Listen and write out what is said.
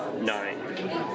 nine